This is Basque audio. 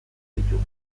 ditugu